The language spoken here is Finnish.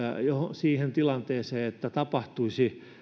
siihen tilanteeseen että tapahtuisi